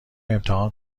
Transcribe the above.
امتحان